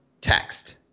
text